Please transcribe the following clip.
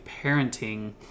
parenting